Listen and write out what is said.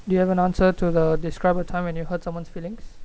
you have an answer to the describe a time when you hurt someone's feelings